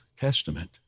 Testament